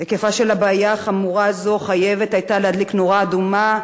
היקפה של בעיה חמורה זו חייב היה להדליק נורה אדומה,